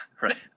right